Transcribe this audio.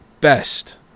best